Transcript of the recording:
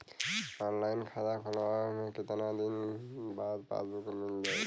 Online खाता खोलवईले के कितना दिन बाद पासबुक मील जाई?